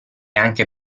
anche